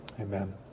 Amen